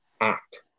act